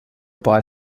buy